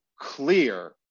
clear